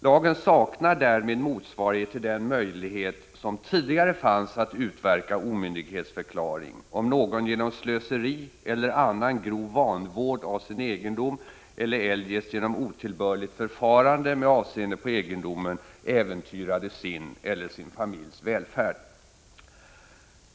Lagen saknar därmed motsvarighet till den möjlighet som tidigare fanns att utverka omyndighetsförklaring, om någon genom slöseri eller annan grov vanvård av sin egendom eller eljest genom otillbörligt förfarande med avseende på egendomen äventyrade sin eller sin familjs välfärd.